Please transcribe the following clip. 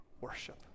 worship